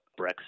Brexit